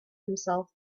himself